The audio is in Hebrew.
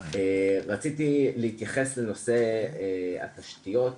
רציתי להתייחס לנושא התשתיות.